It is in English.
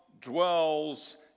dwells